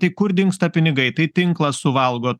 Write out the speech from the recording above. tai kur dingsta pinigai tai tinklas suvalgo